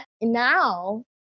now